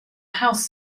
house